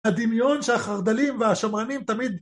הדמיון שהחרד"לים והשומרנים תמיד...